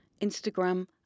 Instagram